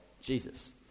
Jesus